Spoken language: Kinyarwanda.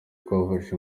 twafashe